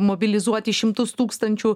mobilizuoti šimtus tūkstančių